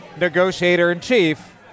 negotiator-in-chief